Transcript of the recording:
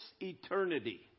eternity